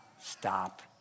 stop